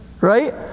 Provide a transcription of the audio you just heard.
Right